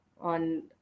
on